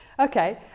Okay